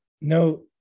no